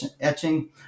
etching